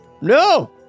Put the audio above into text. No